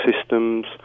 systems